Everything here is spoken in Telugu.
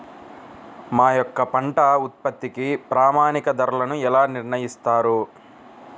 మా యొక్క పంట ఉత్పత్తికి ప్రామాణిక ధరలను ఎలా నిర్ణయిస్తారు?